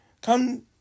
come